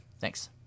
Thanks